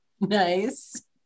nice